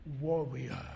warrior